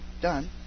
done